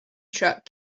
truck